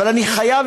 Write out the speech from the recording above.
אבל אני חייב,